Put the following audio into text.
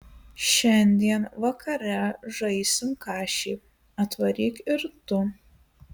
šiandien vakare žaisim kašį atvaryk ir tu